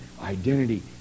identity